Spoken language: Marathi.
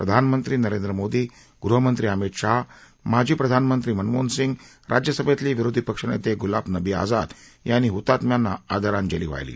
प्रधानमंत्री नरेंद्र मोदी गृहमंत्री अमित शाह माजी प्रधानमंत्री मनमोहन सिंग राज्यसभेतले विरोधी पक्ष नेते गुलाबनबी आझाद यांनी हुतात्म्यांना आदरांजली वाहिली